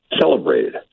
celebrated